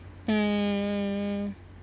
mm